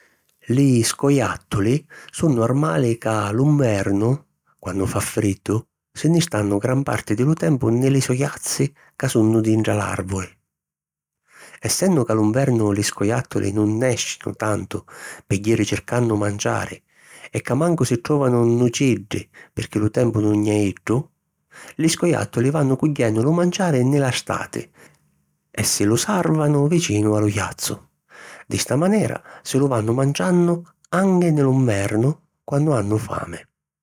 Li scojàttuli sunnu armali ca lu nvernu, quannu fa friddu, si nni stannu gran parti di lu tempu nni li so jazzi ca sunnu dintra l'àrvuli. Essennu ca lu nvernu li scojàttuli nun nèscinu tantu pi jiri circannu manciari e ca mancu si tròvanu nuciddi pirchì lu tempu nun è iddu, li scojàttuli vannu cugghiennu lu manciari nni la stati e si lu sàrvanu vicinu a lu jazzu. Di sta manera si lu vannu manciannu anchi nni lu nvernu quannu hannu fami.